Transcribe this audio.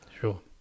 Sure